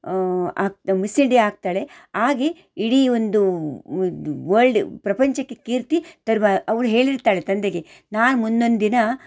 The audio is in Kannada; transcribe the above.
ಆಗ್ತಾ ಮಿಸ್ ಇಂಡಿಯಾ ಆಗ್ತಾಳೆ ಆಗಿ ಇಡೀ ಒಂದು ವರ್ಲ್ಡ್ ಪ್ರಪಂಚಕ್ಕೆ ಕೀರ್ತಿ ತರುವ ಅವ್ಳು ಹೇಳಿರ್ತಾಳೆ ತಂದೆಗೆ ನಾನು ಮುಂದೊಂದ್ ದಿನ